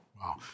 Wow